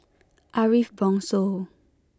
Ariff Bongso